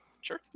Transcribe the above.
sure